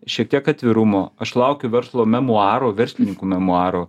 šiek tiek atvirumo aš laukiu verslo memuarų verslininkų memuarų